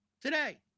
today